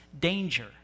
danger